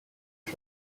and